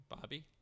bobby